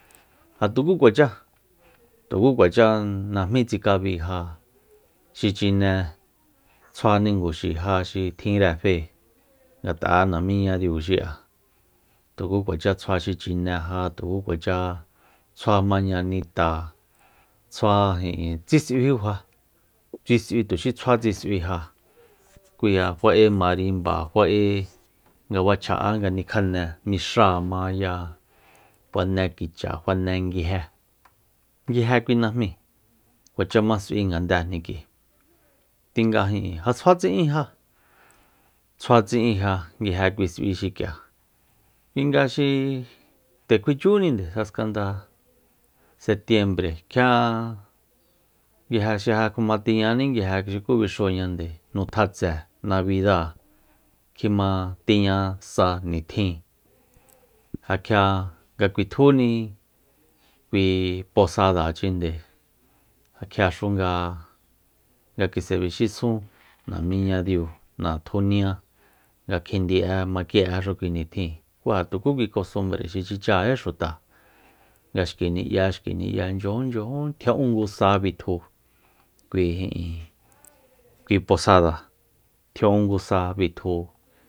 Ja tuku kuacha tuku kuacha tsikabi najmí ja xi chine tsjua ninguxi ja xi tjinre fe ngat'a'e namiña diu xi'a tukú kuacha tsjua xi chine ja tuku kuacha tsjua mañanita tsjua ijin tsis'uijúja tsis'ui tuxi tsjua tsis'uija ku k'ia fa'e marimba fa'e nga fachja'á nga nikjane mixáa ma ya fane kicha fane nguije nguije kui najmíi kuacha ma s'ui ngandejni k'ui kuinga ijin ja tsjua tsi'in ja tsjua tsi'in ja nguije kui s'ui xik'ia kuinga xi nde kjuichúninde jaskanda setiembre kjia nguije xi ja kjuma tiñani nguije xuku bixuñande nú tjatse navida kjima tiña sa nitjin ja kjia nga kuitjúni kui posadachinde ja kjiaxu nga kis'ebixisun namiñadiu natjunia nga kjindi'e maki'exu kui nitjin ku ja tuku kui kostumbre tsichajají xuta nga xki ni'ya xki ni'ya chyajun chyajun tjia'úngu sa bitju kui ijin kui posada tji'úngu sa bitju